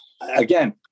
again